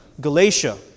Galatia